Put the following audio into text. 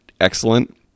excellent